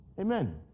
Amen